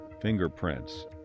fingerprints